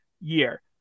year